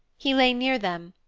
he lay near them,